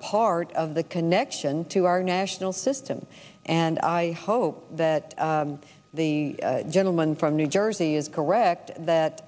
part of the connection to our national system and i hope that the gentleman from new jersey is correct that